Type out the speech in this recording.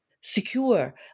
secure